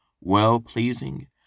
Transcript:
well-pleasing